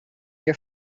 your